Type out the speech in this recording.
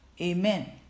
Amen